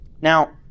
Now